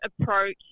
approach